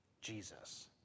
Jesus